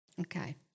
Okay